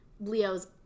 Leo's